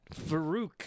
Farouk